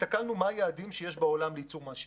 הסתכלנו מה היעדים שיש בעולם לייצור מהשמש.